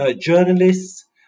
journalists